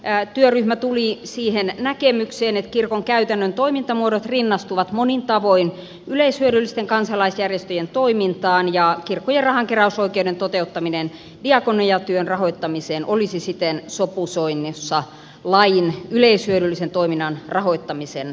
selvitystyössä työryhmä tuli siihen näkemykseen että kirkon käytännön toimintamuodot rinnastuvat monin tavoin yleishyödyllisten kansalaisjärjestöjen toimintaan ja kirkkojen rahanke räysoikeuden toteuttaminen diakoniatyön rahoittamiseen olisi siten sopusoinnussa lain yleishyödyllisen toiminnan rahoittamisen mahdollistamisen kanssa